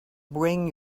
bring